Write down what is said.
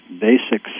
basic